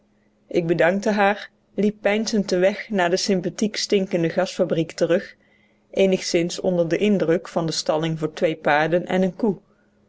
ik bedankte haar liep p e i n z e n d den weg naar de sympathiek stinkende gasfabriek terug eenigszins onder den indruk van de stalling voor twee paarden en een koe